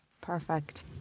Perfect